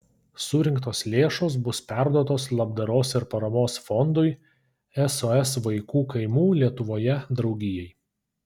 surinktos lėšos bus perduotos labdaros ir paramos fondui sos vaikų kaimų lietuvoje draugijai